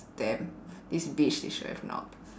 damn this bitch she should have knocked